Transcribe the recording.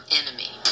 enemy